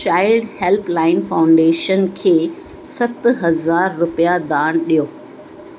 child helpline foundation खे सत हज़ार रुपया दान ॾियो